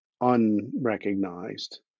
unrecognized